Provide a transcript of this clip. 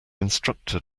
instructor